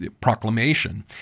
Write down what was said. proclamation